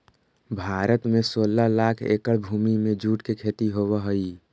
भारत में सोलह लाख एकड़ भूमि में जूट के खेती होवऽ हइ